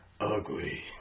ugly